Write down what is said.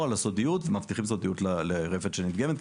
על הסודיות ומבטיחים סודיות לרפת שנדגמת,